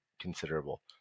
considerable